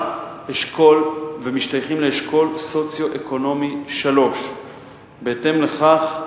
ומשתייכים לאשכול סוציו-אקונומי 3. בהתאם לכך,